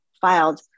filed